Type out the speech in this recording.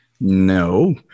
No